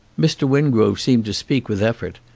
mr. wingrove seemed to speak with effort,